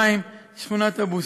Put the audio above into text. שכונת הבוסטר.